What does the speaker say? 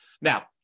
Now